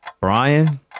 Brian